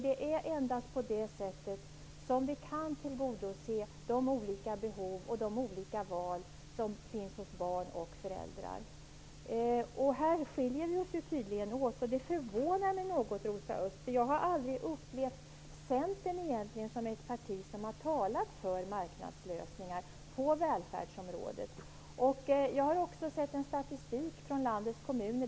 Det är endast på det sättet som vi kan tillgodose de olika behov som barn och föräldrar har. Här skiljer vi oss tydligen åt. Det förvånar mig något, Rosa Östh, för jag har aldrig egentligen upplevt Centern som ett parti som har talat för marknadslösningar på välfärdsområdet. Jag har också sett en statistik över landets kommuner.